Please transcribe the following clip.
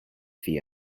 fee